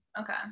okay